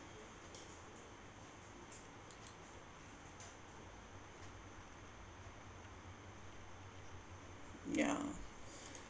yeah